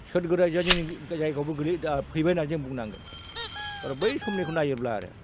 सोरगो रायजोआ जोंनि जायगायावबो गोलै दा फैबाय होनना जों बुंनांगोन आरो बै समनिखौ नायोब्ला आरो